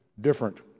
different